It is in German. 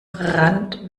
rand